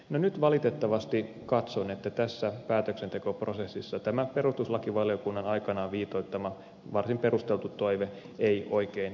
no nyt valitettavasti katson että tässä päätöksentekoprosessissa tämä perustuslakivaliokunnan aikanaan viitoittama varsin perusteltu toive ei oikein ole toteutunut